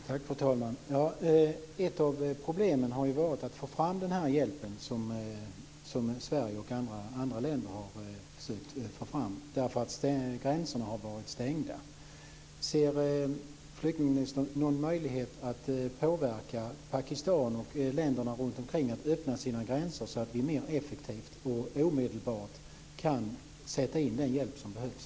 Fru talman! Ett av problemen har ju varit att få fram den hjälp som Sverige och andra länder har försökt att få fram, eftersom gränserna har varit stängda. Ser flyktingministern någon möjlighet att påverka Pakistan och länderna runt omkring att öppna sina gränser, så att vi mer effektivt och omedelbart kan sätta in den hjälp som behövs?